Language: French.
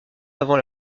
avant